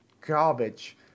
garbage